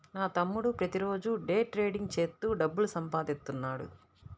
నా తమ్ముడు ప్రతిరోజూ డే ట్రేడింగ్ చేత్తూ డబ్బులు సంపాదిత్తన్నాడు